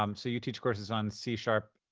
um so you teach courses on c sharp,